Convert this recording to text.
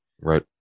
Right